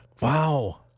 Wow